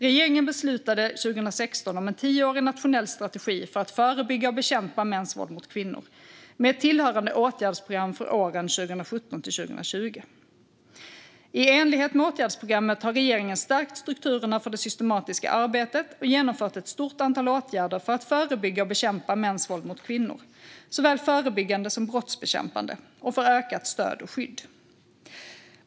Regeringen beslutade 2016 om en tioårig nationell strategi för att förebygga och bekämpa mäns våld mot kvinnor, med ett tillhörande åtgärdsprogram för åren 2017-2020. I enlighet med åtgärdsprogrammet har regeringen stärkt strukturerna för det systematiska arbetet och genomfört ett stort antal åtgärder för att förebygga och bekämpa mäns våld mot kvinnor, såväl förebyggande som brottsbekämpande, och för ökat stöd och skydd.